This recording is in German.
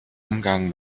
umgang